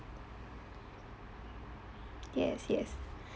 yes yes